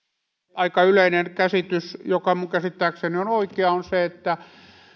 aika yleinen käsitys joka minun käsittääkseni on oikea on se että